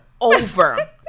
over